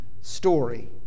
story